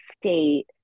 state